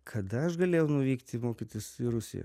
kada aš galėjau nuvykti mokytis į rusiją